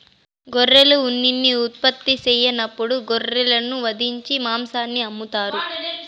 గొర్రెలు ఉన్నిని ఉత్పత్తి సెయ్యనప్పుడు గొర్రెలను వధించి మాంసాన్ని అమ్ముతారు